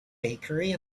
bakery